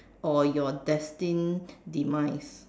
or your destined demise